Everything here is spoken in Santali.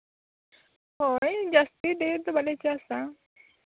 ᱦᱳᱭ ᱡᱟᱹᱥᱛᱤ ᱰᱷᱮᱨ ᱫᱚ ᱵᱟᱞᱮ ᱪᱟᱥᱼᱟ